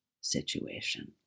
situation